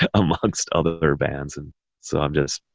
amongst other bands. and so i'm just,